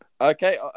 Okay